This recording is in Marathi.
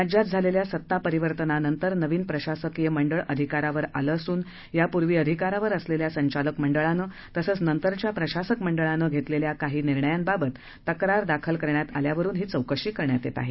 राज्यात झालेल्या सत्ता परिवर्तना नंतर नवीन प्रशासक मंडळ अधिकारावर आले असून यापूर्वी अधिकारावर असलेल्या संचालक मंडळानं तसंच नंतरच्या प्रशासक मंडळानं घेतलेल्या काही निर्णयाबाबत तक्रार दाखल करण्यात आल्या वरून ही चौकशी करण्यात येत आहे